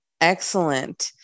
excellent